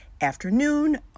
afternoon